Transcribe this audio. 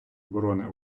оборони